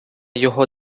його